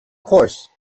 course